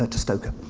ah to stoker.